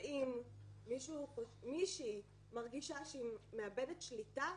אם מישהי מרגישה שהיא מאבדת שליטה